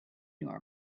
nor